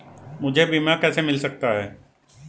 मुझे बीमा कैसे मिल सकता है?